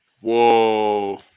Whoa